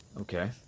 Okay